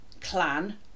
clan